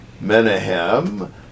Menahem